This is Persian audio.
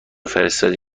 فرستادی